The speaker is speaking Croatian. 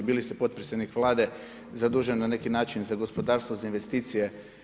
Bili ste potpredsjednik Vlade zadužen na neki način za gospodarstvo, za investicije.